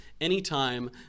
anytime